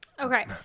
Okay